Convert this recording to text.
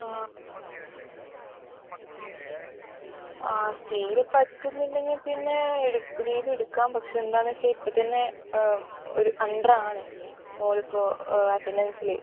ആ ആ തീരെ പറ്റുന്നില്ലെങ്കിൽ പിന്നെ എട് ലീവ് എടുക്കാം പക്ഷെ എന്താന്ന് വെച്ചാൽ ഇപ്പത്തന്നെ ഒരു അണ്ടറാണ് മോളിപ്പോൾ അറ്റൻൻ്റസില്